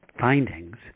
findings